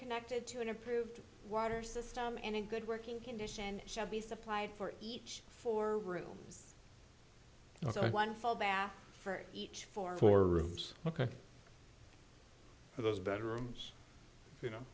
connected to an approved water system and a good working condition should be supplied for each four rooms no one full bath for each for four rooms ok for those bedrooms you know